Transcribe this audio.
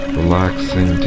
relaxing